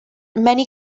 many